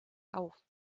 auf